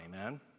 Amen